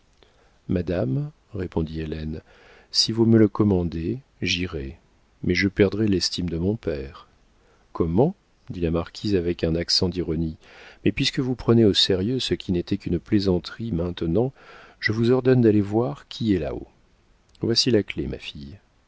madame répondit hélène si vous me le commandez j'irai mais je perdrai l'estime de mon père comment dit la marquise avec un accent d'ironie mais puisque vous prenez au sérieux ce qui n'était qu'une plaisanterie maintenant je vous ordonne d'aller voir qui est là-haut voici la clef ma fille